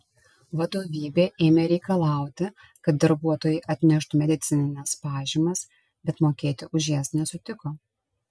vadovybė ėmė reikalauti kad darbuotojai atneštų medicinines pažymas bet mokėti už jas nesutiko